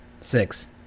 Six